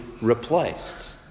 replaced